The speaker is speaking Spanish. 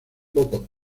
pocos